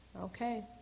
Okay